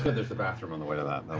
there's a bathroom on the way to that.